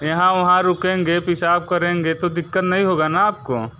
यहाँ वहाँ रुकेंगे पेशाब करेंगे तो दिक्कत नहीं होगा ना आप को